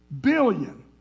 Billion